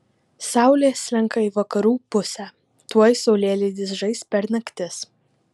saulė slenka į vakarų pusę tuoj saulėlydis žais per naktis